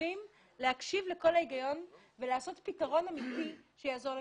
מסרבים להקשיב לקול ההיגיון ולמצוא פתרון אמיתי שיעזור לכולם.